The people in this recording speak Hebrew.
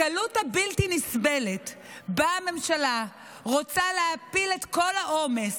הקלות הבלתי-נסבלת שבה הממשלה רוצה להפיל את כל העומס,